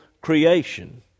creation